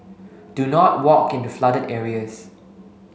do not walk into flooded areas